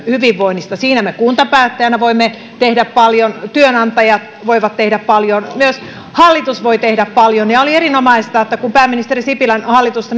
hyvinvoinnista siinä me kuntapäättäjinä voimme tehdä paljon työnantajat voivat tehdä paljon myös hallitus voi tehdä paljon ja oli erinomaista että kun pääministeri sipilän hallitusta